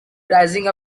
rising